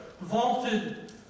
vaulted